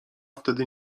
wtedy